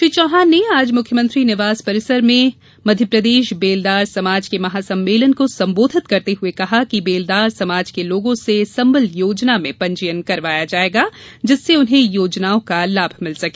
श्री चौहान ने आज मुख्यमंत्री निवास परिसर में मध्यप्रदेश बेलदार समाज के महासम्मेलन को संबोधित करते हुये कहा कि बेलदार समाज के लोगों से संबल योजना में पंजीयन करया जायेगा जिससे उन्हे योजनाओं का लाभ मिल सके